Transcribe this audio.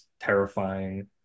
terrifying